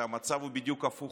היא שהמצב הוא בדיוק הפוך.